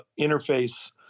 interface